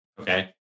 okay